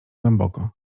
głęboko